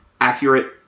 accurate